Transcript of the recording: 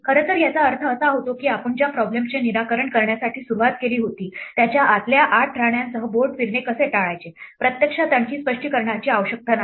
खरं तर याचा अर्थ असा होतो की आपण ज्या प्रॉब्लेमचे निराकरण करण्यासाठी सुरुवात केली होती त्याच्या आतल्या 8 राण्यांसह बोर्ड फिरणे कसे टाळायचे प्रत्यक्षात आणखी स्पष्टीकरणाची आवश्यकता नाही